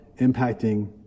impacting